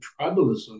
tribalism